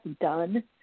done